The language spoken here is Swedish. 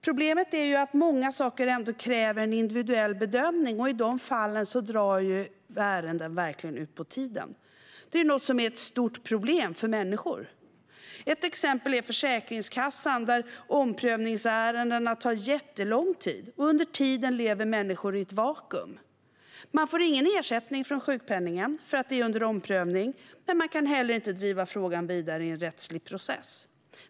Problemet är att många saker kräver en individuell bedömning, och i dessa fall drar ärenden verkligen ut på tiden. Det är ett stort problem för människor. Ett exempel är Försäkringskassan, där omprövningsärendena tar jättelång tid. Under tiden lever människor i ett vakuum. De får ingen ersättning från sjukpenningen därför att den är under omprövning, men de kan heller inte driva frågan vidare i en rättslig process.